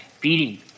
beating